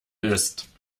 ist